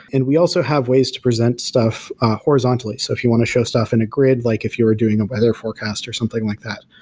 and we also have ways to present stuff horizontally. so if you want to show stuff in a grid, like if you were doing a weather forecast, or something like that.